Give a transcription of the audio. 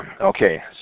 Okay